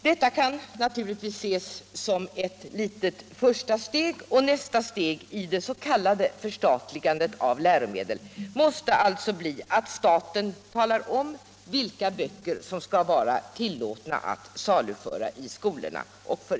Detta kan naturligtvis ses som ett litet första steg, och nästa steg i det s.k. förstatligandet av läromedel måste alltså bli att staten talar om vilka böcker som skall vara tillåtna att saluföras i skolorna.